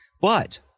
but-